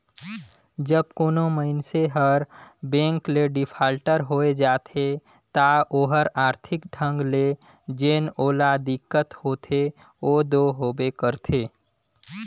जब कोनो मइनसे हर बेंक ले डिफाल्टर होए जाथे ता ओहर आरथिक ढंग ले जेन ओला दिक्कत होथे ओ दो होबे करथे